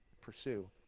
pursue